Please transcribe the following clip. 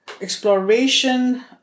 exploration